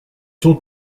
sont